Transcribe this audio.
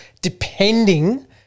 depending